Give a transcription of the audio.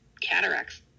cataracts